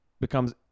becomes